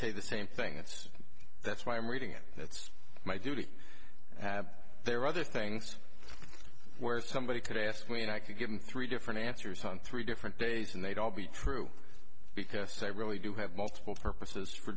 say the same thing that's that's why i'm reading it it's my duty to have there are other things where somebody could ask me and i could give them three different answers on three different days and they'd all be true because they really do have multiple purposes for